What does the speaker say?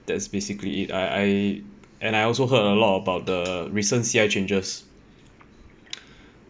that's basically it I I and I also heard a lot about the recent C_I changes